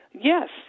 yes